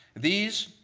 these,